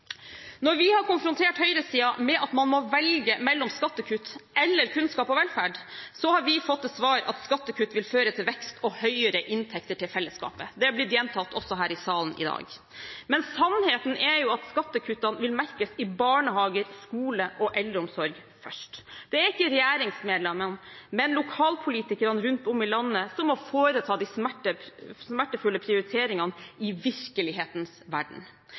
Når vi har konfrontert høyresiden med at man må velge mellom skattekutt eller kunnskap og velferd, har vi fått til svar at skattekutt vil føre til vekst og høyere inntekter til fellesskapet – det har blitt gjentatt også her i salen i dag. Men sannheten er jo at skattekuttene vil merkes i barnehager, i skoler og i eldreomsorg først. Det er ikke regjeringsmedlemmene, men lokalpolitikerne rundt om i landet som må foreta de smertefulle prioriteringene i virkelighetens verden,